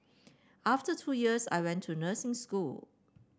after two years I went to nursing school